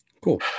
Cool